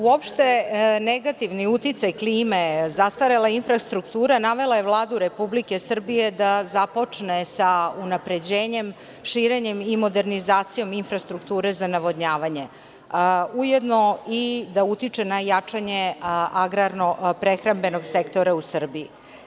Uopšte, negativni uticaj klime, zastarela infrastruktura navela je Vladu Republike Srbije da započne sa unapređenjem, širenjem i modernizacijom infrastrukture za navodnjavanje, ujedno i da utiče na jačanje agrarno-prehrambenog sektora u Srbiji.